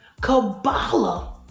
Kabbalah